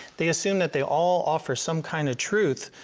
they assume that they all offer some kind of truth,